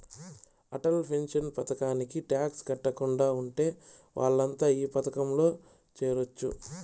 Atal pension పథకానికి tax కట్టకుండా ఉండే వాళ్లంతా ఈ పథకంలో చేరొచ్చు